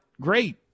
great